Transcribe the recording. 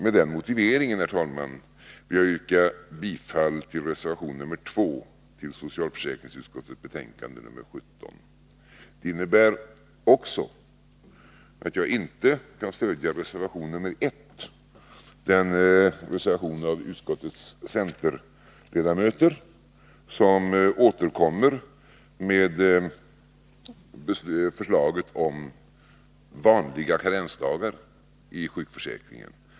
Med den motiveringen, herr talman, vill jag yrka bifall till reservation nr 2 till socialförsäkringsutskottets betänkande nr 17. Det innebär också att jag inte kan stödja reservation nr 1, den reservation av utskottets centerledamöter som återkommer med förslaget om vanliga karensdagar i sjukförsäkringen.